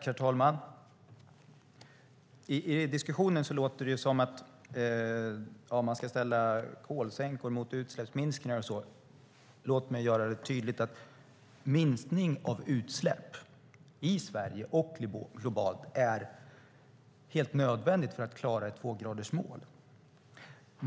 Herr talman! I diskussionen låter det som att man ska ställa kolsänkor mot utsläppsminskningar. Låt mig göra det tydligt att en minskning av utsläpp i Sverige och globalt är helt nödvändig för att klara ett tvågradersmål.